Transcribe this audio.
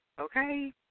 okay